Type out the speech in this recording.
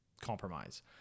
compromise